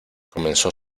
comenzó